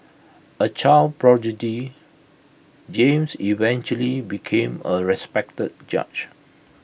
A child prodigy James eventually became A respected judge